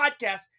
podcast